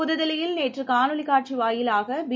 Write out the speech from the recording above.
புதுதில்லியில் நேற்றுகாணொலிகாட்சிவாயிலாக பி